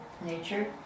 nature